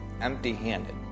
empty-handed